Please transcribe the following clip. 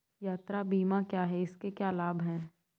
यात्रा बीमा क्या है इसके क्या लाभ हैं?